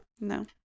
No